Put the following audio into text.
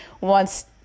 wants